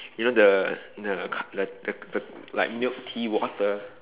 you know the the the the the like milk tea water